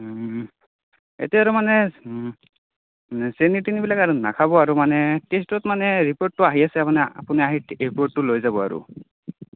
এতিয়া আৰু মানে চেনী তেনীবিলাক আৰু নাখাব আৰু মানে টেষ্টত মানে ৰিপৰ্টটো আহি আছে মানে আপুনি আহি ৰিপৰ্টটো লৈ যাব আৰু